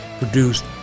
Produced